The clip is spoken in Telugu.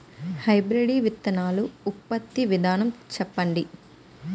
హైబ్రిడ్ విత్తనాలు ఉత్పత్తి విధానం చెప్పండి?